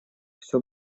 все